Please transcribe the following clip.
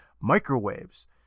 microwaves